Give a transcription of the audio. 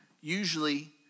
usually